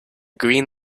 green